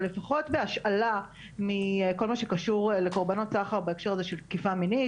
אבל לפחות בהשאלה מכל מה שקשור לקורבנות סחר בהקשר הזה של תקיפה מינית.